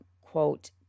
quote